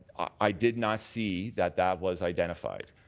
i did not see that that was identified.